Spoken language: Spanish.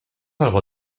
algo